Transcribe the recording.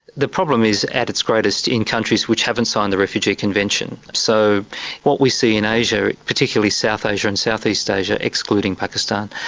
the problem is at its greatest in countries which haven't signed the refugee convention. so what we see in asia, particularly south asia and southeast asia, excluding pakistan,